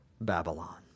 Babylon